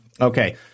okay